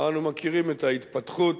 ואנו מכירים את ההתפתחות: